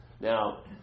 Now